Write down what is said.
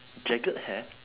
jagged hair